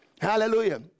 Hallelujah